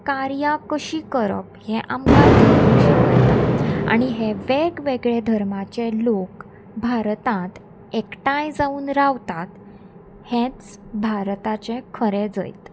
कार्या कशीं करप हें आमकां धर्म शिकयता आनी हे वेगवेगळे धर्माचे लोक भारतांत एकठांय जावन रावतात हेंच भारताचे खरें जैत